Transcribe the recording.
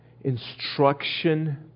instruction